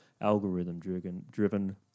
algorithm-driven